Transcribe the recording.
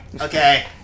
Okay